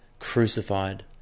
crucified